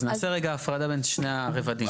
אז נעשה רגע הפרדה בין שני הרבדים.